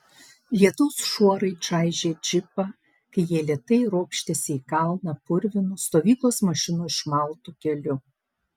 lietaus šuorai čaižė džipą kai jie lėtai ropštėsi į kalną purvinu stovyklos mašinų išmaltu keliu